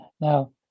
Now